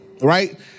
right